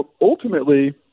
ultimately –